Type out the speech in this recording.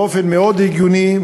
באופן מאוד הגיוני,